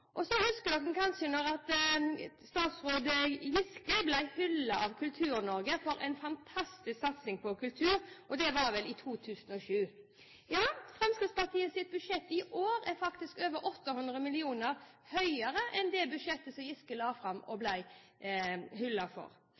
fjor. Så husker man kanskje at tidligere kulturminister Giske ble hyllet av Kultur-Norge for en fantastisk satsing på kultur, det var vel i 2007. Ja, Fremskrittspartiets budsjett i år er faktisk over 800 mill. kr høyere enn det budsjettet som Giske la fram og ble hyllet for.